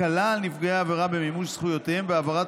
הקלה על נפגעי עבירה במימוש זכויותיהם והעברת